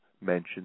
mentioned